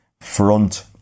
Front